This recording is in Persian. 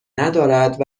ندارد